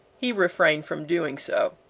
he refrained from doing so.